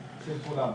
כולנו.